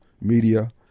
media